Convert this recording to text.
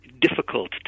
Difficult